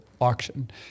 auction